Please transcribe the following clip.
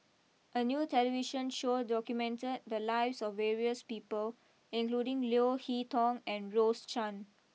a new television show documented the lives of various people including Leo Hee Tong and Rose Chan